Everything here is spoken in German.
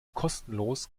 kostenlos